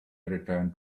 return